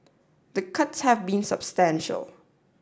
the cuts have been substantial